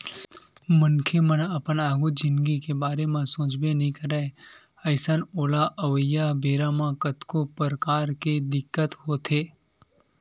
मनखे मन अपन आघु जिनगी के बारे म सोचबे नइ करय अइसन ओला अवइया बेरा म कतको परकार के दिक्कत होथे